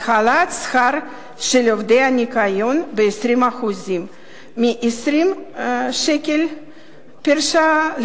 על העלאת שכר של עובדי הניקיון ב-20%; מ-20 שקל פר-שעה,